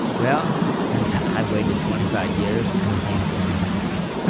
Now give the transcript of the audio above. well, since i've waited twenty five years, i don't think it's going too fast.